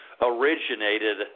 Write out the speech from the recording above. originated